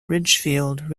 ridgefield